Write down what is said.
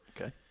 Okay